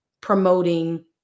promoting